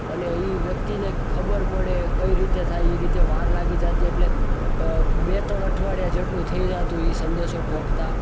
અને એ વ્યક્તિને ખબર પડે કઈ રીતે થાય એ રીતે વાર લાગી જતી એટલે બે ત્રણ અઠવાડિયા જેટલું થઈ જતું એ સંદેશો પહોંચતા